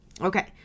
Okay